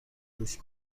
دوش